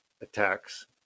attacks